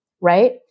right